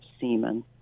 semen